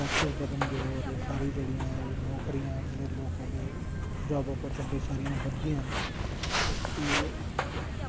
tax बधनगे होर साढ़ी जेह्ड़ियां एह् नौकरियां न जेह्ड़े लोकें दे जाॅब आपर्चुनिटी सारी बधदियां ते